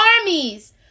armies